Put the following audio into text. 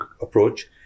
approach